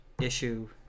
issue